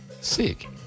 Sick